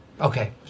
Okay